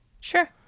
Sure